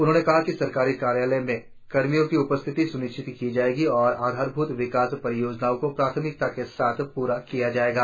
उन्होंने कहा कि सरकारी कार्यालयों में कर्मियों की उपस्थिति स्निश्चित की जाएगी और आधारभूत विकास परियोजनाओं को प्राथमिकता के साथ पूरा किया जाएगा